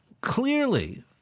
clearly